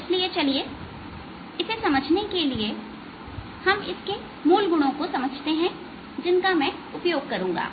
इसलिए चलिए इसे समझने के लिए हम इसके मूल गुणों को समझते हैं जिनका मैं उपयोग करूंगा